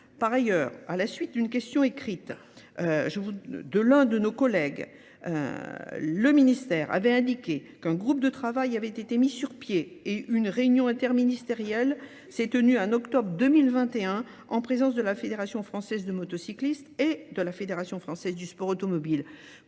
Par ailleurs, à la suite d'une question écrite de l'un de nos collègues, le ministère avait indiqué qu'un groupe de travail avait été mis sur pied et une réunion interministérielle s'est tenue en octobre 2021 en présence de la fédération française de motocyclistes et de la fédération française du sport automobile.